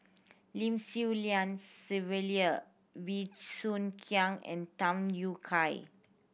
Lim Swee Lian Sylvia Bey Soo Khiang and Tham Yui Kai